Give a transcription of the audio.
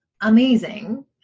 amazing